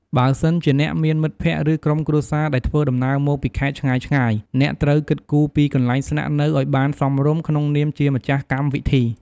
បើសិនជាអ្នកមានមិត្តភក្តិ ឬក្រុមគ្រួសារដែលធ្វើដំណើរមកពីខេត្តឆ្ងាយៗ អ្នកត្រូវគិតគូរពីកន្លែងស្នាក់នៅឱ្យបានសមរម្យក្នុងនាមជាម្ចាស់កម្មវិធី។